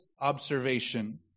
observation